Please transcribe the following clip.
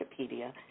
Wikipedia